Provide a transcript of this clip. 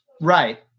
Right